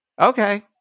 Okay